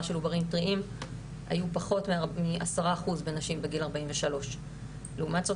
של עוברים טריים היו פחות מ-10% בנשים בגיל 43. לעומת זאת